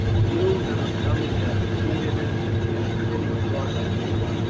the news of his coming had preceded him, and the iceni flocked to meet him,